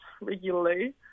regularly